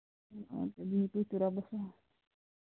بِہو تُہۍ رۄبَس حَوالہٕ